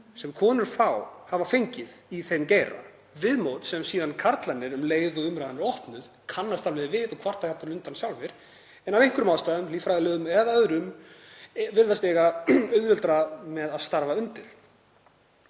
sem konur fá og hafa fengið í þeim geira, viðmót sem karlarnir síðan, um leið og umræðan er opnuð, kannast alveg við og kvarta jafnvel undan sjálfir en af einhverjum ástæðum, líffræðilegum eða öðrum, virðast eiga auðveldara með að starfa undir.